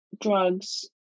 drugs